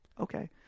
Okay